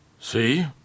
See